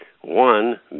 One